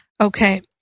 Okay